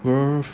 worth